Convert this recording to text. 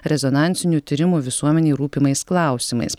rezonansinių tyrimų visuomenei rūpimais klausimais